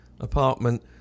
apartment